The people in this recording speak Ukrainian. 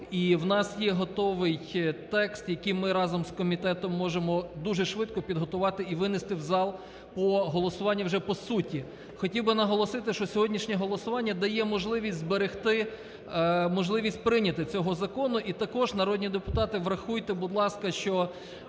І в нас є готовий текст, який ми разом з комітетом можемо дуже швидко підготувати і винести в зал, бо голосування вже по суті. Хотів би наголосити, що сьогоднішнє голосування дає можливість зберегти можливість прийняти цього закону. І також, народні депутати, врахуйте, будь ласка, що